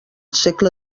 segle